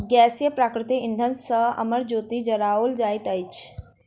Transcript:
गैसीय प्राकृतिक इंधन सॅ अमर ज्योति जराओल जाइत अछि